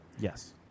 Yes